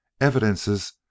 evidences